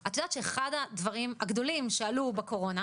את יודעת שאחד הדברים הגדולים שעלו בקורונה,